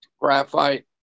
graphite